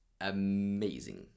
amazing